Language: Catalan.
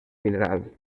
mineral